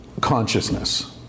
consciousness